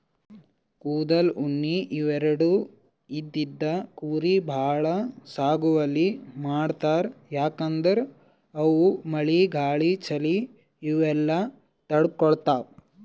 ಕೂದಲ್, ಉಣ್ಣಿ ಇವೆರಡು ಇದ್ದಿದ್ ಕುರಿ ಭಾಳ್ ಸಾಗುವಳಿ ಮಾಡ್ತರ್ ಯಾಕಂದ್ರ ಅವು ಮಳಿ ಗಾಳಿ ಚಳಿ ಇವೆಲ್ಲ ತಡ್ಕೊತಾವ್